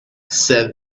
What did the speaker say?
said